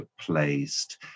placed